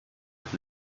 part